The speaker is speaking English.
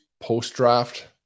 post-draft